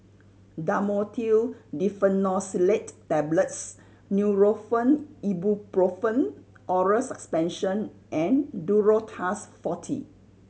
Dhamotil Diphenoxylate Tablets Nurofen Ibuprofen Oral Suspension and Duro Tuss Forte